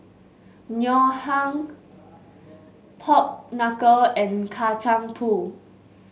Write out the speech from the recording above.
Ngoh Hiang Pork Knuckle and Kacang Pool